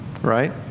right